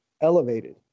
elevated